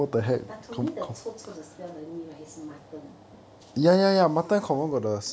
but to me the 臭臭的 smell the meat is mutton